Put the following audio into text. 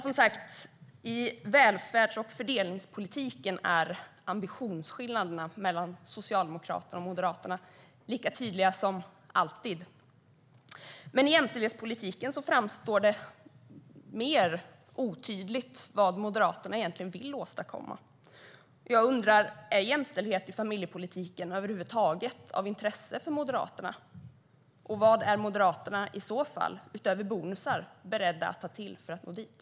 Som sagt: I välfärds och fördelningspolitiken är ambitionsskillnaderna mellan Socialdemokraterna och Moderaterna lika tydliga som alltid. I jämställdhetspolitiken är det mer otydligt vad Moderaterna egentligen vill åstadkomma. Jag undrar: Är jämställdhet i familjepolitiken över huvud taget av intresse för Moderaterna, och vad är Moderaterna i så fall - utöver bonusar - beredda att ta till för att nå dit?